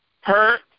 hurt